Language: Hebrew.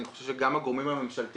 אני חושב שגם הגורמים הממשלתיים,